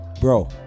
bro